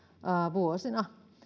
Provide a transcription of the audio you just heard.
vuosina